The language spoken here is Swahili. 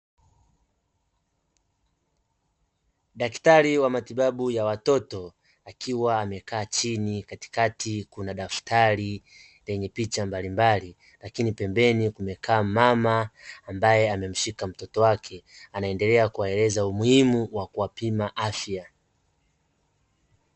Daktari wa matibabu ya watoto akiwa amekaa chini, katikati kuna daftari lenye picha mbali mbali lakini pembeni amekaa mama ambaye amemshika mtoto wake anaendelea kuwaeleza umuhimu wa kuwapima afya.